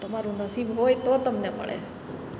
તમારું નસીબ હોય તો તમને મળે